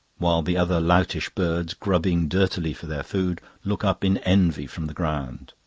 while the other loutish birds, grubbing dirtily for their food, look up in envy from the ground.